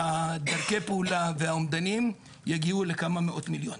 דרכי הפעולה והאומדנים יגיעו לכמה מאות מיליונים.